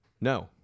No